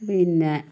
പിന്നെ